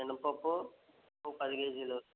మినపప్పు పదికేజీలు